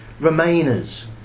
Remainers